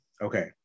Okay